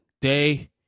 Day